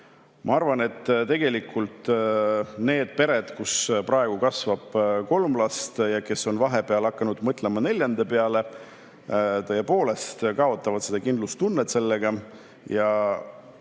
Ma arvan, et tegelikult need pered, kus praegu kasvab kolm last ja kes on vahepeal hakanud mõtlema neljanda peale, tõepoolest kaotavad kindlustunnet sellega